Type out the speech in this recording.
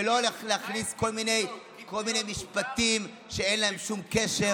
ולא להכניס כל מיני משפטים שאין להם שום קשר